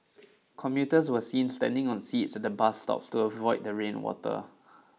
commuters were seen standing on seats at the bus stop to avoid the rain water